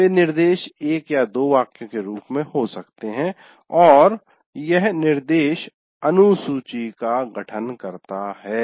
वे निर्देश 1 या 2 वाक्यों के रूप में हो सकते हैं और यह निर्देश अनुसूची का गठन करता है